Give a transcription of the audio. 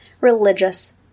religious